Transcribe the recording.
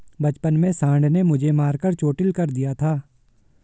बचपन में सांड ने मुझे मारकर चोटील कर दिया था